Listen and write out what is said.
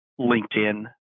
linkedin